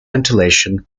ventilation